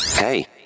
Hey